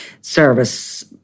service